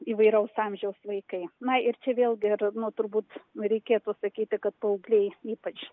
įvairaus amžiaus vaikai na ir čia vėlgi ir nu turbūt reikėtų pasakyti kad paaugliai ypač